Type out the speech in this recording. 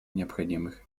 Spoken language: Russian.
необходимых